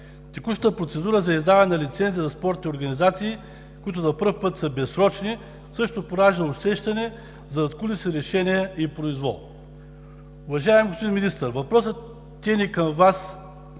Текущата процедура за издаване на лицензи за спортните организации, които за пръв път са безсрочни, също поражда усещане за задкулисни решения и произвол. Уважаеми господин Министър, въпросите ни към Вас